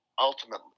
ultimately